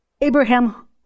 Abraham